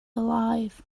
alive